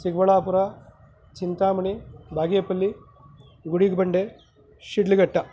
Chikkaballapur Chintamani Bagepalli Gudibande Sidlaghatta